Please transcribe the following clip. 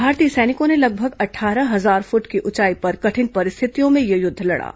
भारतीय सैनिकों ने लगभग अट्ठारह हजार फुट की उंचाई पर कठिन परिस्थितियों में यह युद्ध लड़ा